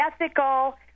ethical